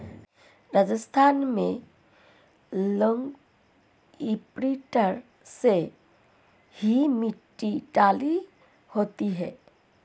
राजस्थान में land imprinter से ही मिट्टी ढीली होती है